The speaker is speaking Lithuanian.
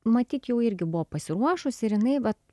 matyt jau irgi buvo pasiruošusi ir jinai vat